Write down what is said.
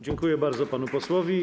Dziękuję bardzo panu posłowi.